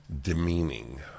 demeaning